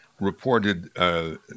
reported –